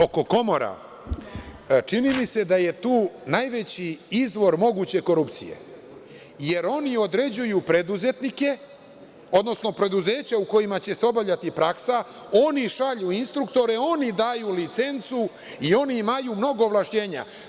Oko komora, čini mi se da je tu najveći izvor moguće korupcije, jer oni određuju preduzetnike, odnosno preduzeća u kojima će se obavljati praksa, oni šalju instruktore, oni daju licencu i oni imaju mnogo ovlašćenja.